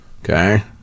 Okay